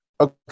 Okay